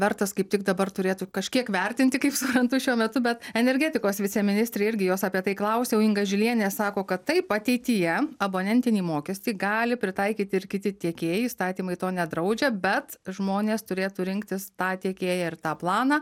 vertas kaip tik dabar turėtų kažkiek vertinti kaip suprantu šiuo metu bet energetikos viceministrė irgi jos apie tai klausiau inga žilienė sako kad taip ateityje abonentinį mokestį gali pritaikyti ir kiti tiekėjai įstatymai to nedraudžia bet žmonės turėtų rinktis tą tiekėją ir tą planą